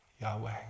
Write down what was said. Yahweh